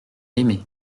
aimée